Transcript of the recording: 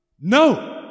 No